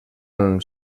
amb